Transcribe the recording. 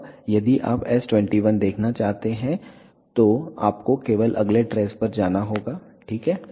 अब यदि आप S21 देखना चाहते हैं तो आपको केवल अगले ट्रेस पर जाना होगा ठीक है